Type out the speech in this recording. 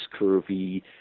curvy